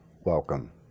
welcome